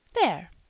There